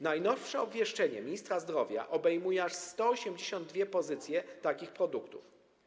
Najnowsze obwieszczenie ministra zdrowia obejmuje aż 182 pozycje z takimi produktami.